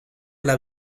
alla